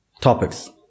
topics